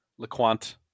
Laquant